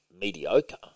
mediocre